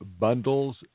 bundles